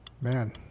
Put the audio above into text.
Man